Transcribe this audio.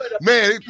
Man